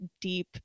deep